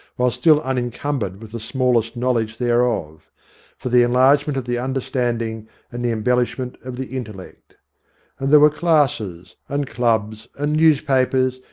while still un encumbered with the smallest knowledge thereof for the enlargement of the understanding and the embellishment of the intellect. and there were classes, and clubs, and newspapers,